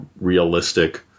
realistic